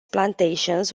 plantations